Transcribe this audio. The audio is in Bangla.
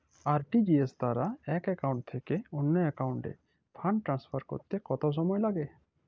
আর.টি.জি.এস দ্বারা এক একাউন্ট থেকে অন্য একাউন্টে ফান্ড ট্রান্সফার করতে কত সময় লাগে?